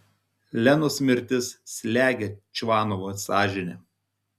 lenos mirtis slegia čvanovo sąžinę